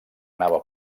anava